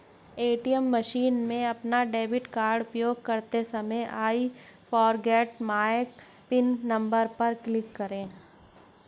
ATM machine में अपना debit card उपयोग करते समय I forget my PIN number पर क्लिक करें